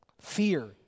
fear